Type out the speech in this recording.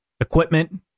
equipment